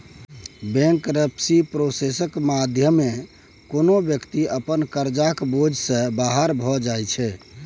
bankruptcy प्रोसेसक माध्यमे कोनो बेकती अपन करजाक बोझ सँ बाहर भए जाइ छै